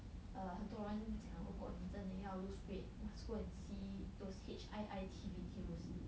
err 很多人讲如果你真的要 lose weight must go and see those H_I_I_T videos